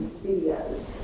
videos